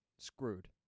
screwed